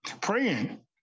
praying